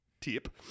tip